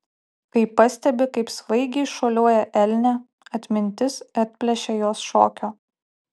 kai pastebi kaip svaigiai šuoliuoja elnė atmintis atplėšia jos šokio